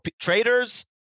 traders